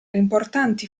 importanti